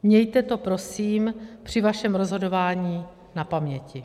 Mějte to prosím při svém rozhodování na paměti.